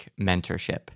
Mentorship